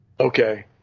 Okay